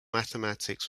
mathematics